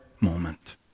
moment